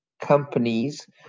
companies